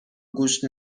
گوش